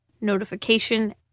notification